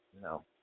No